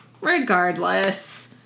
Regardless